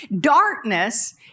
Darkness